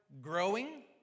growing